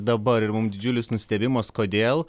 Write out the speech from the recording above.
dabar ir mum didžiulis nustebimas kodėl